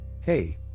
Hey